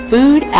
Food